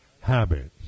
habits